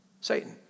Satan